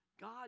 god